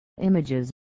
images